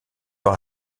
par